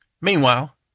Meanwhile